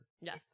yes